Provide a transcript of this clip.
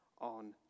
on